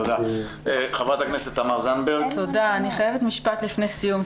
אני חייבת משפט לפני סיום.